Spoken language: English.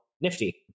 nifty